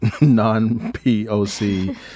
non-POC